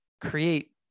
create